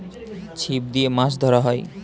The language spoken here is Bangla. ছিপ দিয়ে মাছ ধরা হয়